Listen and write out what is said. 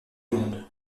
monde